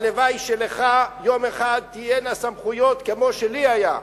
הלוואי שלך יום אחד תהיינה סמכויות כמו שלי היו.